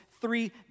three